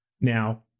Now